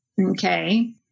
Okay